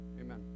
Amen